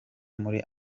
muri